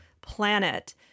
planet